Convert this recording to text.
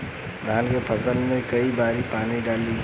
धान के फसल मे कई बारी पानी डाली?